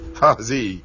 hazi